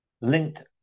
linked